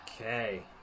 Okay